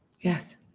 Yes